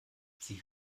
sie